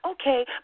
Okay